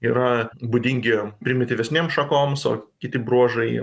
yra būdingi primityvesnėm šakoms o kiti bruožai